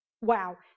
wow